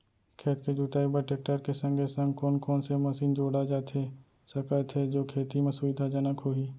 खेत के जुताई बर टेकटर के संगे संग कोन कोन से मशीन जोड़ा जाथे सकत हे जो खेती म सुविधाजनक होही?